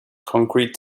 concrete